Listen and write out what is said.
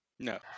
No